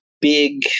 big